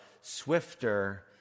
swifter